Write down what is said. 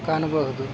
ಕಾಣಬಹುದು